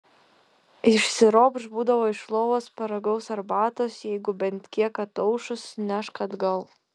išsiropš būdavo iš lovos paragaus arbatos jeigu bent kiek ataušus nešk atgal